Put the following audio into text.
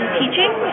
teaching